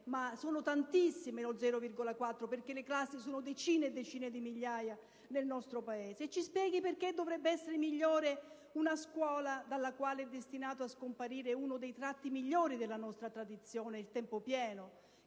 di tantissime classi, decine e decine di migliaia di classi nel nostro Paese. Ci spieghi perché dovrebbe essere migliore una scuola dalla quale è destinato a scomparire uno dei tratti migliori della nostra tradizione, il tempo pieno,